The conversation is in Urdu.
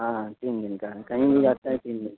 ہاں تین دن کا ہے کہیں بھی جاتے ہیں تین دن